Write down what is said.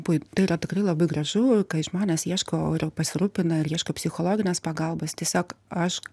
pui yra tikrai labai gražu kai žmonės ieško o ir pasirūpina ir ieško psichologinės pagalbos tiesiog aš